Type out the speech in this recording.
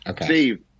Steve